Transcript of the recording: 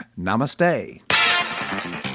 Namaste